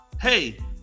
Hey